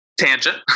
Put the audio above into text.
tangent